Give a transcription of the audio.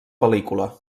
pel·lícula